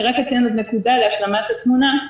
אציין עוד נקודה להשלמת התמונה.